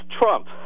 Trump